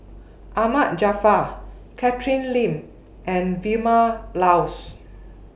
Ahmad Jaafar Catherine Lim and Vilma Laus